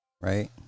right